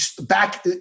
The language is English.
back